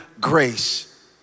grace